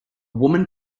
woman